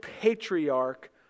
patriarch